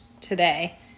today